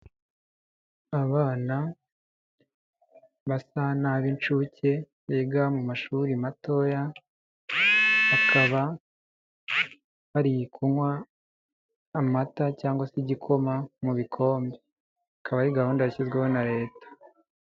Abana basa n'ab'incuke biga mu mashuri matoya, bakaba bari kunywa amata cyangwa se igikoma mu bikombe, akaba ari gahunda yashyizweho na leta.